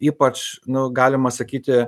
ypač nu galima sakyti